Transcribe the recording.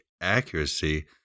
accuracy